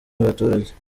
n’abaturage